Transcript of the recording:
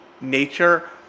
nature